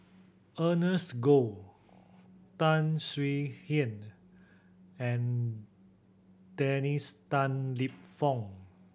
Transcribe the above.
Ernest Goh Tan Swie Hian and Dennis Tan Lip Fong